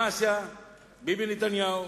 מה שעשה ביבי נתניהו